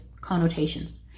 connotations